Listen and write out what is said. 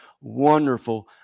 wonderful